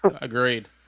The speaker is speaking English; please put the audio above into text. agreed